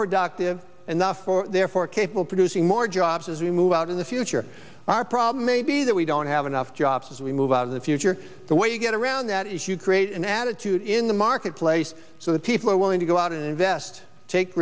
productive enough for therefore capable of producing more jobs as we move out in the future our problem may be that we don't have enough jobs as we move out of the future the way you get around that is you create an attitude in the marketplace so that people are willing to go out invest take